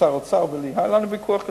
היה לנו ויכוח גדול.